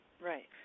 Right